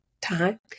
time